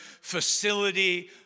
facility